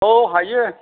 औ हायो